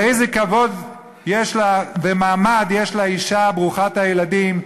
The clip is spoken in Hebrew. ואיזה כבוד ומעמד יש לאישה ברוכת הילדים,